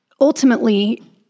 ultimately